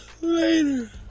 later